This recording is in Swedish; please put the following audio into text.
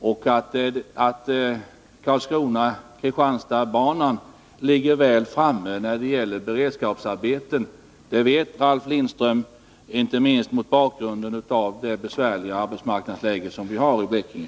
Ralf Lindström vet att Karlskrona-Kristianstad-banan ligger väl framme när det gäller beredskapsarbeten, inte minst mot bakgrund av det besvärliga arbetsmarknadsläge som vi har i Blekinge.